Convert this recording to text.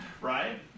Right